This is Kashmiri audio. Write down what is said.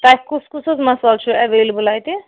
تۄہہِ کُس کُس حظ مصالہٕ چھُ اویلیبٕل اَتہِ